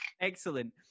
Excellent